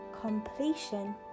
completion